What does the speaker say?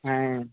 ఆయ్